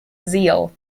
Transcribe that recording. zeal